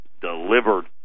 delivered